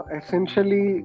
essentially